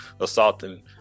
assaulting